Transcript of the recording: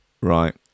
Right